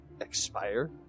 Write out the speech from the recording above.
expire